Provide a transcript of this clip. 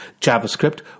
JavaScript